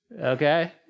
Okay